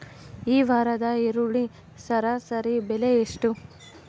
ಈ ವಾರದ ಈರುಳ್ಳಿ ಸರಾಸರಿ ಬೆಲೆ ಎಷ್ಟು?